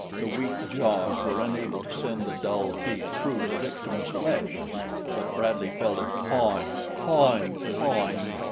the weak jaws were unable to send the dull teeth through the victim's flesh but bradley felt it pawing, pawing, pawing,